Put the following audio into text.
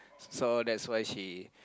so that's why she